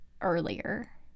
earlier